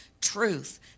truth